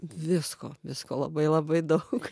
visko visko labai labai daug